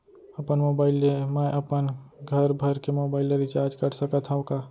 अपन मोबाइल ले मैं अपन घरभर के मोबाइल ला रिचार्ज कर सकत हव का?